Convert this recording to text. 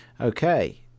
Okay